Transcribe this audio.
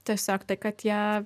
tiesiog tai kad jie